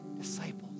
disciples